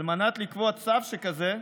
על מנת לקבוע צו שכזה,